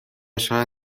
شاید